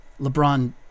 LeBron